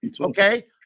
Okay